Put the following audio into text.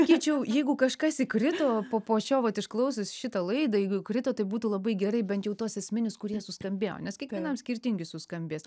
tačiau jeigu kažkas įkrito po po šio vat išklausius šitą laidą jeigu įkrito tai būtų labai gerai bent jau tuos esminius kurie suskambėjo nes kiekvienam skirtingi suskambės